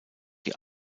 die